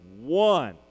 one